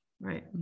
right